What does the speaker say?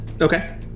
Okay